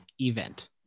event